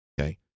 okay